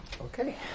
Okay